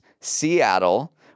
Seattle